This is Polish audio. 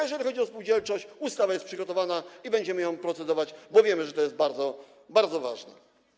Jeżeli chodzi o spółdzielczość, ustawa jest przygotowana i będziemy ją procedować, bo wiemy, że to jest bardzo ważne.